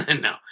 No